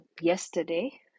yesterday